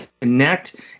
connect